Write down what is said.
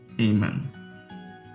Amen